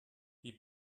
die